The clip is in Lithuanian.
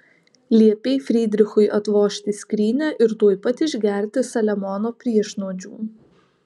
liepei frydrichui atvožti skrynią ir tuoj pat išgerti saliamono priešnuodžių